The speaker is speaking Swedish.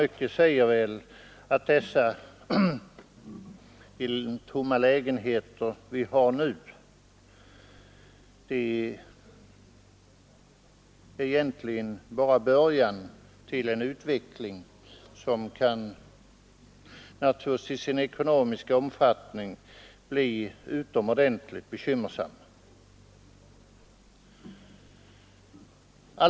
Mycket talar för att detta bara är början till en utveckling som i sin ekonomiska omfattning kan bli utomordentligt allvarlig.